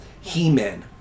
he-men